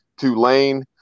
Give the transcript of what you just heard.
Tulane